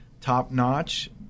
top-notch